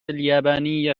اليابانية